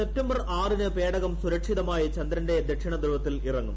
September ആറിന് പേടകം സുരക്ഷിതമായി ചന്ദ്രന്റെ ദക്ഷിണധ്രുവത്തിൽ ഇറങ്ങും